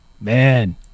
man